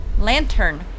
lantern